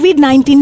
COVID-19